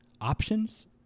options